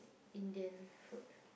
Indian food